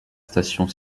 station